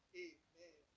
amen